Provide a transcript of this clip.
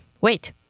wait